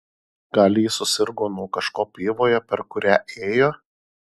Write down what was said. gal ji susirgo nuo kažko pievoje per kurią ėjo